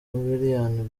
william